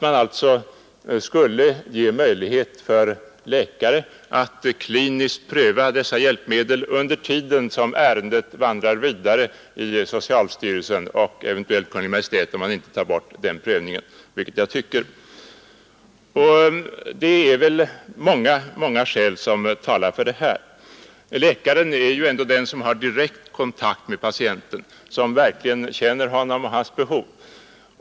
Man skulle alltså ge möjlighet för läkare att kliniskt pröva dessa hjälpmedel under den tid som ärendet vandrar vidare i socialstyrelsen och eventuellt hos Kungl. Maj:t, om man inte tar bort den prövningen, vilket jag tycker man bör göra. Det är många skäl som talar för förslaget. Läkaren är ju ändå den som har direkt kontakt med patienten och som verkligen känner honom och hans behov.